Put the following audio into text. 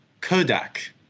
Kodak